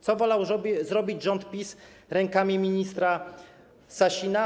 Co wolał zrobić rząd PiS rękami ministra Sasina?